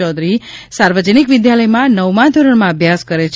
ચૌધરી સાર્વજનિક વિદ્યાલયમાં નવમાં ધોરણમાં અભ્યાસ કરે છે